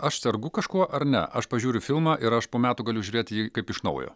aš sergu kažkuo ar ne aš pažiūriu filmą ir aš po metų galiu žiūrėti jį kaip iš naujo